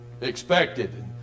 expected